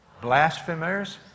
blasphemers